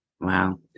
Wow